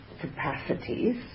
capacities